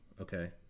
okay